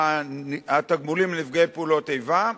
התגמולים לנפגעי פעולות איבה,